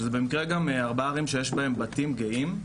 אלה במקרה גם ארבע ערים שיש בהן בתים גאים.